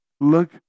look